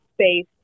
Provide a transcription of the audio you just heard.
space